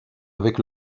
avec